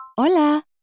Hola